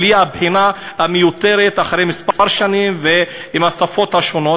בלי הבחינה המיותרת אחרי כמה שנים ועם השפות השונות.